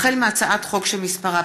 החל בהצעת חוק שמספרה